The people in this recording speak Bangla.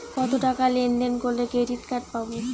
কতটাকা লেনদেন করলে ক্রেডিট কার্ড পাব?